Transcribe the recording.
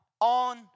On